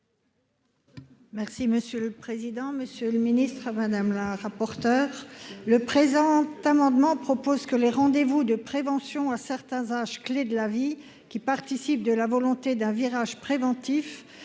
Merci monsieur le président, Monsieur le ministre, à Madame, la rapporteure le présent amendement propose que les rendez-vous de prévention à certains âges clés de la vie qui participe de la volonté d'un virage préventif